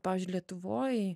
pavyzdžiui lietuvoj